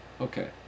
okay